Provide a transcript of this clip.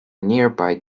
nearby